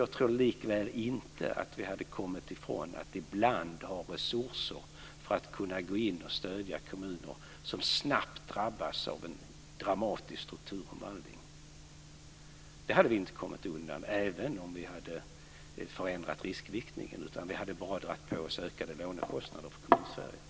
Jag tror likväl inte att vi hade kommit ifrån att vi måste ha resurser för att ibland kunna stödja kommuner som plötsligt drabbas av en dramatisk strukturomvandling. Det hade vi inte kommit undan, även om vi hade förändrat riskviktningen. Vi hade bara dragit på oss ökade lånekostnader för Kommunsverige.